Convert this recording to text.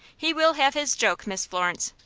he will have his joke, miss florence,